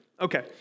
Okay